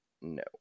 no